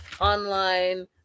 online